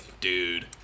Dude